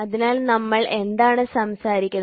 അതിനാൽ നമ്മൾ എന്താണ് സംസാരിക്കുന്നത്